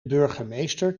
burgemeester